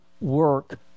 work